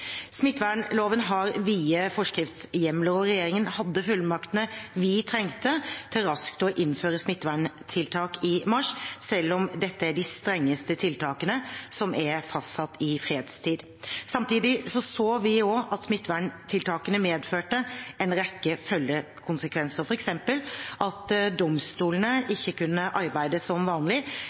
Smittevernloven har vide forskriftshjemler, og regjeringen hadde fullmaktene vi trengte til raskt å innføre smitteverntiltak i mars, selv om dette er de strengeste tiltakene som er fastsatt i fredstid. Samtidig så vi at smitteverntiltakene medførte en rekke følgekonsekvenser, f.eks. at domstolene ikke kunne arbeide som vanlig,